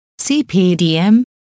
CPDM